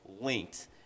linked